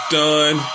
done